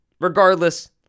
regardless